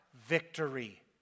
victory